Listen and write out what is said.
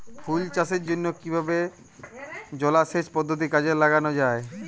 ফুল চাষের জন্য কিভাবে জলাসেচ পদ্ধতি কাজে লাগানো যাই?